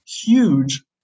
huge